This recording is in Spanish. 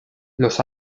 los